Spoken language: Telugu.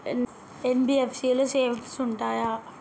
ఎన్.బి.ఎఫ్.సి లో సేవింగ్స్ ఉంటయా?